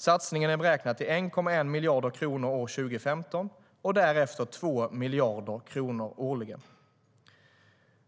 Satsningen är beräknad till 1,1 miljarder kronor år 2015 och därefter 2 miljarder kronor årligen.